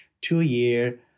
two-year